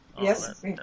Yes